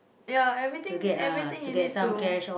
ya everything everything you need to